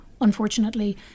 unfortunately